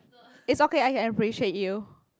is okay I can appreciate you